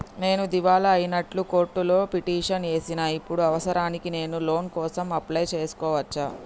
నేను దివాలా అయినట్లు కోర్టులో పిటిషన్ ఏశిన ఇప్పుడు అవసరానికి నేను లోన్ కోసం అప్లయ్ చేస్కోవచ్చా?